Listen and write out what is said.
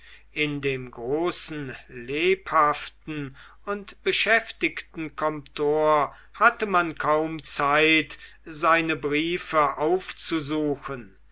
in dem großen lebhaften und beschäftigten comptoir hatte man kaum zeit seine briefe aufzusuchen